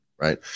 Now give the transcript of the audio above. right